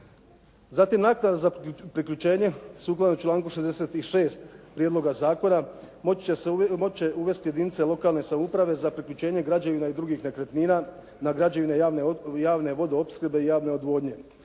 Zatim naknada za priključenje sukladno članku 66. prijedloga zakona moći će uvesti jedinice lokalne samouprave za priključenje građevina i drugih nekretnina na građevine javne vodoopskrbe i javne odvodnje.